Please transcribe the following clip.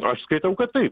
aš skaitau kad taip